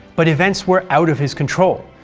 but events were out of his control,